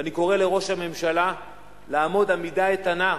ואני קורא לראש הממשלה לעמוד עמידה איתנה,